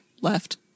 left